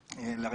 לרקע.